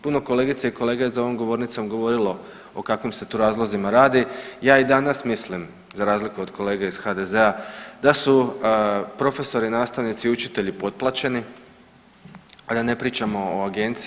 Puno kolegica i kolega je za ovom govornicom govorilo o kakvim se tu razlozima radi, ja i danas mislim, za razliku od kolega iz HDZ-a, da su profesori, nastavnici i učitelji potplaćeni, ali ja ne pričam o Agenciji.